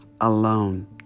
alone